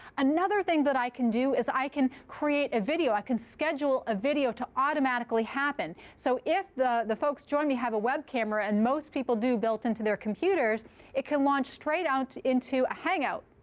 another thing that i can do is i can create a video. i can schedule a video to automatically happen. so if the the folks joining me have a web camera and most people do built into their computers it can launch straight out into a hangout.